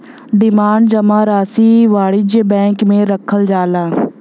demand जमा राशी वाणिज्य बैंक मे रखल जाला